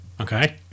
Okay